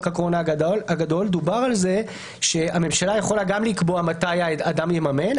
הקורונה הגדול דובר על כך שהממשלה גם יכולה לקבוע מתי האדם יממן,